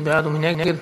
מי בעד ומי נגד?